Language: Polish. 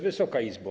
Wysoka Izbo!